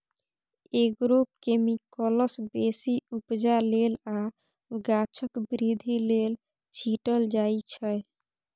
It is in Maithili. एग्रोकेमिकल्स बेसी उपजा लेल आ गाछक बृद्धि लेल छीटल जाइ छै